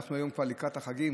והיום אנחנו כבר לקראת החגים,